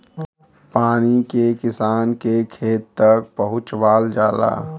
पानी के किसान के खेत तक पहुंचवाल जाला